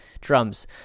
drums